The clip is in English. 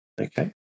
Okay